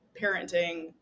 parenting